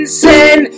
sin